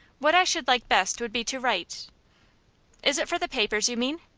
what i should like best would be to write is it for the papers you mean?